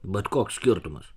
bet koks skirtumas